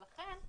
ולכן,